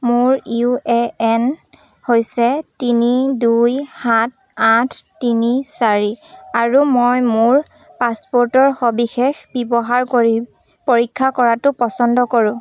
মোৰ U A N হৈছে তিনি দুই সাত আঠ তিনি চাৰি আৰু মই মোৰ পাছপোৰ্টৰ সবিশেষ ব্যৱহাৰ কৰি পৰীক্ষা কৰাটো পচন্দ কৰোঁ